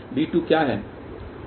b2 क्या है